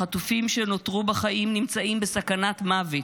החטופים שנותרו בחיים נמצאים בסכנת מוות.